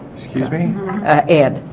excuse me and